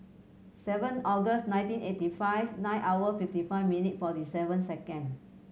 seven August nineteen eighty five nine hour fifty five minute forty seven second